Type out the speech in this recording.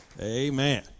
Amen